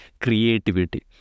creativity